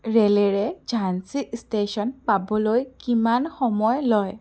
ৰে'লেৰে Jhansi station পাবলৈ কিমান সময় লয়